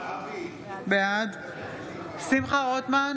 בעד שמחה רוטמן,